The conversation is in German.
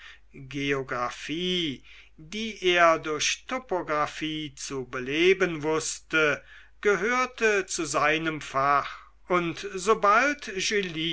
geographie die er durch topographie zu beleben wußte gehörte zu seinem fach und sobald